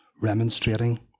remonstrating